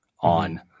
on